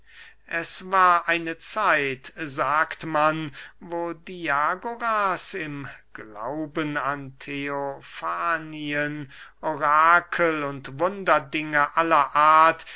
es war eine zeit sagt man wo diagoras im glauben an theofanien orakel und wunderdinge aller art